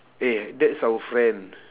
eh that's our friend